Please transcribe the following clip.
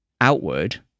Outward